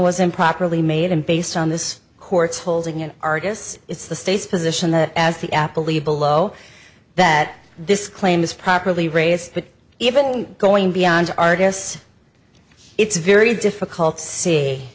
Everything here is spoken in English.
was improperly made and based on this court's holding an artist's it's the state's position that as the apple e below that this claim is properly raised but even going beyond argus it's very difficult to see